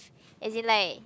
as in like